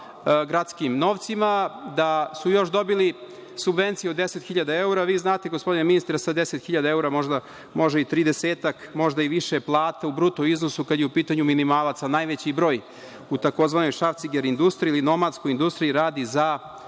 gradskim novcima, da su još dobili subvencije od 10.000 evra. Vi znate, gospodine ministre, sa 10.000 evra, možda može i tridesetak, možda i više, plate u bruto iznosu, kada je u pitanju minimalac, a najveći broj u takozvanoj šrafciger industriji ili nomadskoj industriji radi za